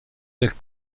del